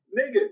nigga